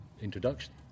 introduction